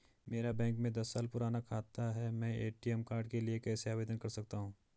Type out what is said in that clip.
मेरा बैंक में दस साल पुराना खाता है मैं ए.टी.एम कार्ड के लिए कैसे आवेदन कर सकता हूँ?